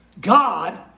God